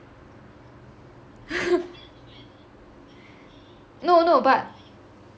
no no no but